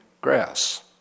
grass